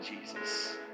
Jesus